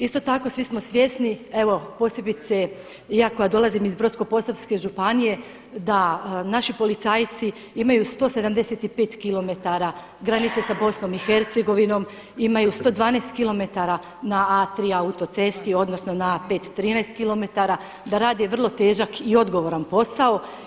Isto tako svi smo svjesni evo posebice ja koja dolazim iz Brodsko-posavske županije da naši policajci imaju 175 kilometara granice sa BIH, imaju 112 kilometara na A3 autocesti odnosno na A5 13 kilometra, da rade vrlo težak i odgovoran posao.